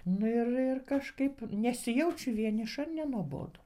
nu ir ir kažkaip nesijaučiu vieniša nenuobodu